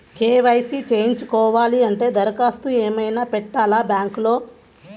KYC చేయించుకోవాలి అంటే దరఖాస్తు ఏమయినా పెట్టాలా బ్యాంకులో?